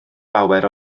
lawer